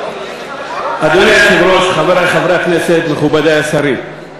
אדוני היושב-ראש, חברי חברי הכנסת, מכובדי השרים,